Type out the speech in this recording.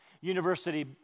University